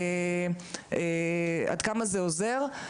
עד כמה זה עוזר.